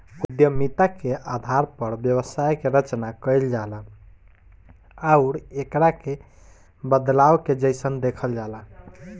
उद्यमिता के आधार पर व्यवसाय के रचना कईल जाला आउर एकरा के बदलाव के जइसन देखल जाला